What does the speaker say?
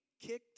kicked